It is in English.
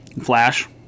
Flash